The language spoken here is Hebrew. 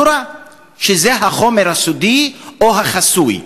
תורה שהיא החומר הסודי או החסוי.